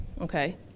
okay